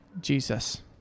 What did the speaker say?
Jesus